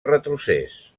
retrocés